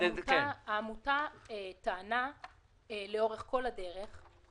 העמותה טענה לאורך כל הדרך,